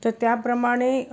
तर त्याप्रमाणे